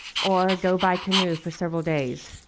or go by canoe for several days.